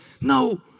no